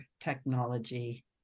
technology